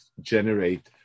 generate